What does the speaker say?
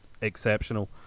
exceptional